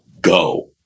go